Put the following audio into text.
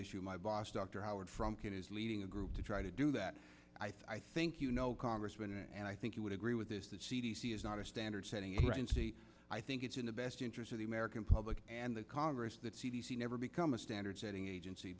issue my boss dr howard from leading a group to try to do that i think you know congressman and i think you would agree with this the c d c is not a standard setting raincy i think it's in the best interest of the american public and the congress that c d c never become a standard setting agency